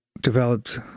developed